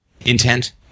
intent